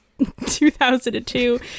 2002